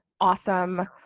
awesome